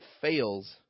fails